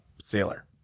sailor